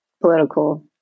political